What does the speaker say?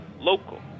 local